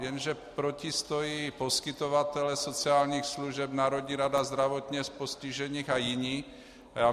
Jenže proti stojí poskytovatelé sociálních služeb, Národní rada zdravotně postižených a jiní.